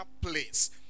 place